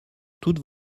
toutes